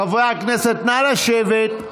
חברי הכנסת, נא לשבת.